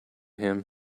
him